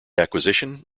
acquisition